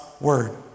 word